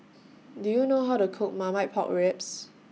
Do YOU know How to Cook Marmite Pork Ribs